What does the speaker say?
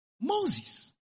Moses